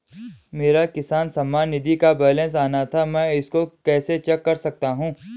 मेरा किसान सम्मान निधि का बैलेंस आना था मैं इसको कैसे चेक कर सकता हूँ?